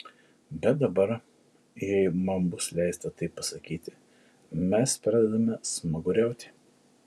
bet dabar jei man bus leista taip pasakyti mes pradedame smaguriauti